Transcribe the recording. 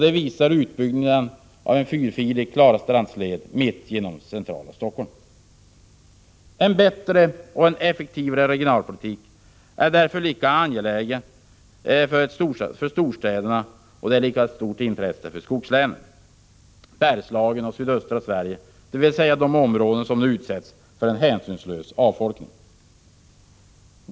Det visar utbyggnaden av en fyrfilig Klarastrandsled mitt genom centrala Helsingfors. En bättre och effektivare regionalpolitik är därför lika angeläget för storstäderna som för skogslänen, Bergslagen och sydöstra Sverige, dvs. de områden som nu utsätts för en hänsynslös avfolkning.